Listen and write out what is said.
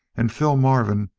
and phil marvin,